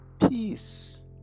peace